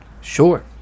sure